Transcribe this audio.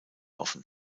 offen